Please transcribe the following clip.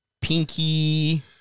Pinky